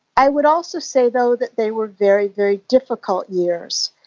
i would also say though that they were very, very difficult years.